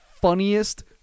funniest